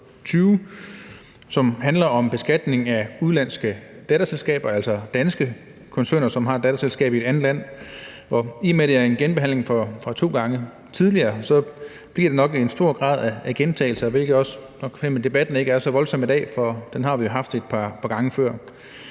som handler om beskatning af udenlandske datterselskaber, altså som danske koncerner har i et andet land. I og med at det er en genbehandling af noget fra to gange tidligere, bliver der nok tale om en stor grad af gentagelse, hvilket nok også gør, at debatten ikke er så voldsom i dag, altså fordi vi har haft den et par gange før.